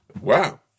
Wow